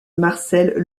marcel